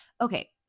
Okay